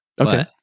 Okay